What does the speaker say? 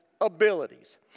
abilities